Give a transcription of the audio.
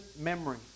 memory